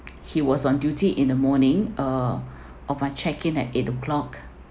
he was on duty in the morning uh of my check in at eight o'clock